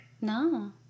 No